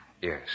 Yes